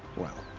well.